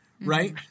Right